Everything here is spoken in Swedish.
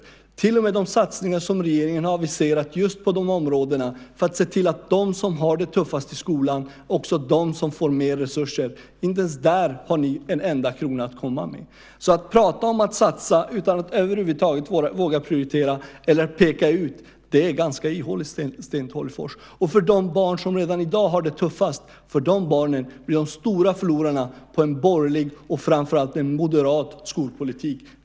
Inte ens när det gäller de satsningar som regeringen har aviserat för att se till att de som har det tuffast i skolan får mer resurser har ni en enda krona att komma med. Att prata om att satsa utan att över huvud taget våga prioritera eller peka ut är ganska ihåligt, Sten Tolgfors. De barn som redan i dag har det tuffast blir de stora förlorarna på en borgerlig, framför allt moderat, skolpolitik.